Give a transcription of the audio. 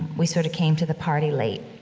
we sort of came to the party late.